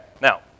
Now